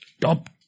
Top